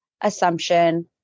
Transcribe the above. assumption